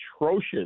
atrocious